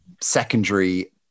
secondary